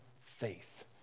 faith